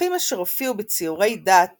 הפרחים אשר הופיעו בציורי דת